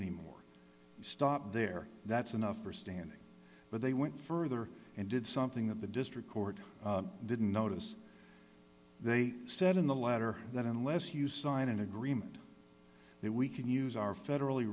anymore stop there that's enough for standing but they went further and did something that the district court didn't notice they said in the letter that unless you sign an agreement that we can use our federally